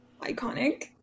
Iconic